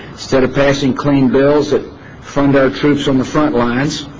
so depressing cleaning bills that from their troops on the front lines